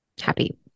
happy